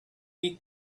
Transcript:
eat